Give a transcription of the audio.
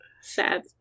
Sad